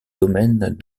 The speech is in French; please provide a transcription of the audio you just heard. domaines